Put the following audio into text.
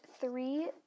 three